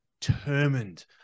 determined